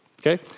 okay